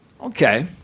Okay